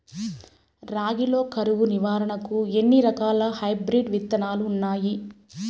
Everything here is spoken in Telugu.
రాగి లో కరువు నివారణకు ఎన్ని రకాల హైబ్రిడ్ విత్తనాలు ఉన్నాయి